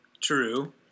True